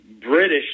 British